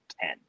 ten